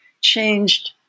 changed